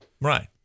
right